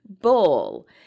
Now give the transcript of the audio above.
ball